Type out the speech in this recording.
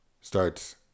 starts